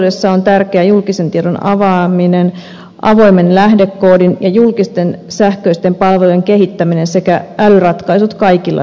viestintäosuudessa on tärkeää julkisen tiedon avaaminen avoimen lähdekoodin ja julkisten sähköisten palvelujen kehittäminen sekä älyratkaisut kaikilla sektoreilla